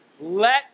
let